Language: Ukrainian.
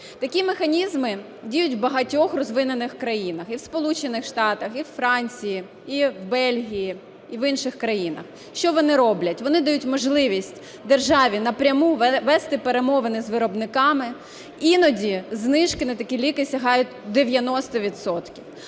Такі механізми діють в багатьох розвинених країнах: і в Сполучених Штатах, і у Франції, і в Бельгії і в інших країнах. Що вони роблять? Вони дають можливість державі напряму вести перемовини з виробниками. Іноді знижки на такі ліки сягають 90